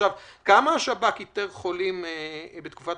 כמה חולים איתר